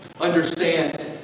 understand